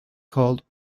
called